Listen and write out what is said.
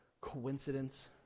coincidence